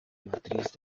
matriz